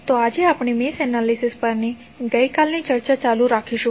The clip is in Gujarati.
તો આજે આપણે મેશ એનાલિસિસ પરની ગઈકાલની ચર્ચા ચાલુ રાખીશું